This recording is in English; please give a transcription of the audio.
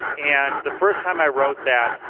and the first time i wrote that,